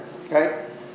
Okay